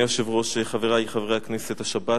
אדוני היושב-ראש, חברי חברי הכנסת, השבת,